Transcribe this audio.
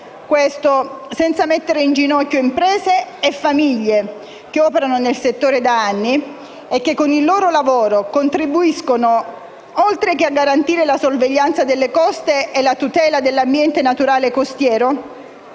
questo senza mettere in ginocchio imprese e famiglie che operano nel settore da anni e che con il loro lavoro contribuiscono, oltre che a garantire la sorveglianza delle coste e la tutela dell'ambiente naturale costiero,